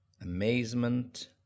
amazement